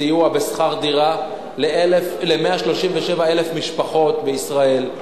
סיוע בשכר דירה ל-137,000 משפחות בישראל,